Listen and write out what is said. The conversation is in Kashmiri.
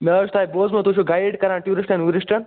مےٚ حظ چھُ تَتہِ بوزمُت تُہۍ چھُو گایڈ کَران ٹیوٗرِشٹن وُیورِشٹن